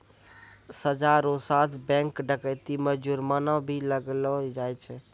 सजा रो साथ बैंक डकैती मे जुर्माना भी लगैलो जाय छै